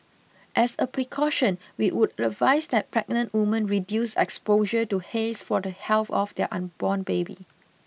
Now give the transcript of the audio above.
as a precaution we would advise that pregnant women reduce exposure to haze for the health of their unborn baby